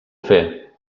fer